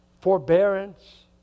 forbearance